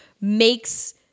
makes